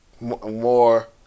More